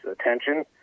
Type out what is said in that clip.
attention